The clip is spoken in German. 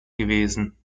gewesen